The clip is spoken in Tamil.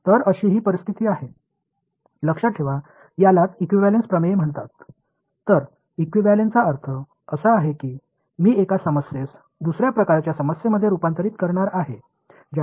எனவே இதுதான் நமக்கு இருக்கும் நிலைமை இதுதான் ஈகியூவேளன்ஸ் தேற்றம் என்று அழைக்கப்படுகிறது என்பதை இப்போது நினைவில் கொள்க